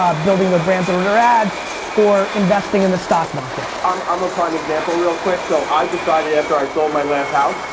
um building their brand through their ads or investing in the stock market. i'm um a prime example real quick. so i decided after i sold my last house,